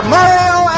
Mario